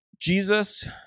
Jesus